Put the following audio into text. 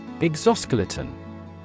Exoskeleton